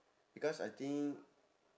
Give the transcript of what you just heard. because I think